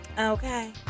Okay